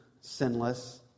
sinless